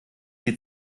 die